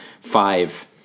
five